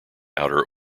outer